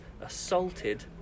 assaulted